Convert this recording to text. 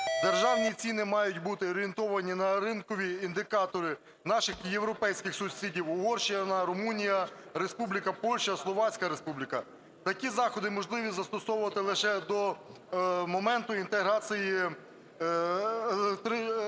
Державні ціни мають бути орієнтовані на ринкові індикатори наших і європейських сусідів: Угорщина, Румунія, Республіка Польща, Словацька Республіка. Такі заходи можливо застосовувати лише до моменту інтеграції